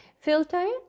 Filter